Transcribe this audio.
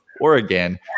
Oregon